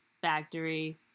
factory